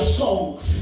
songs